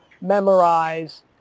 memorize